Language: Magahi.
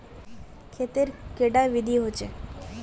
खेत तेर कैडा विधि होचे?